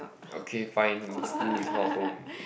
okay fine school is not home